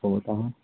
ও তাহলে